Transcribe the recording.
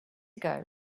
ago